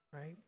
right